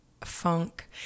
funk